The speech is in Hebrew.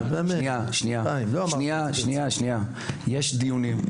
יש דיונים,